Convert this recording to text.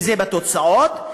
אם בתוצאות,